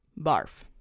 Barf